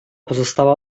pozostała